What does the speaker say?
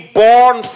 born